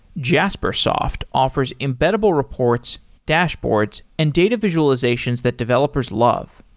jaspersoft offers embeddable reports, dashboards and data visualizations that developers love.